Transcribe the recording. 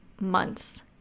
months